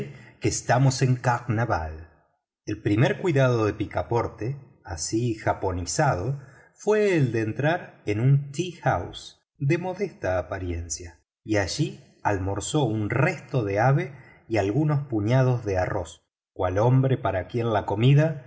estamos en carnaval el primer cuidado de picaporte así japonizado fue el de entrar en una casa de té de modesta apariencia y allí almorzó un resto de ave y algunos puñados de arroz cual hombre para quien la comida